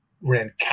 ran